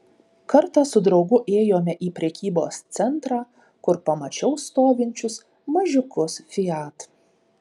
kartą su draugu ėjome į prekybos centrą kur pamačiau stovinčius mažiukus fiat